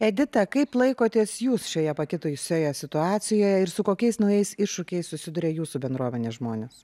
edita kaip laikotės jūs šioje pakitusioje situacijoje ir su kokiais naujais iššūkiais susiduria jūsų bendruomenės žmonės